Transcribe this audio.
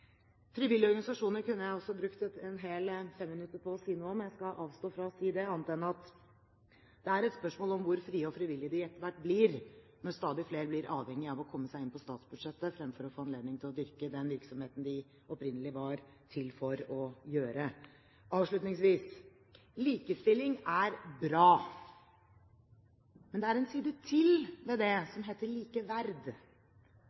Frivillige organisasjoner kunne jeg også brukt et helt femminuttersinnlegg på å si noe om. Jeg skal avstå fra det, annet enn å si at det er et spørsmål om hvor frie og frivillige de etter hvert blir, når stadig flere blir avhengige av å komme seg inn på statsbudsjettet – i stedet for å få anledning til å dyrke den virksomheten de opprinnelig ble til for å drive. Avslutningsvis vil jeg si: Likestilling er bra, men det er en side til ved